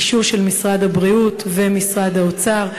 אישור של משרד הבריאות ומשרד האוצר,